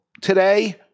today